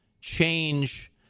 change